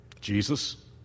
Jesus